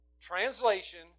translation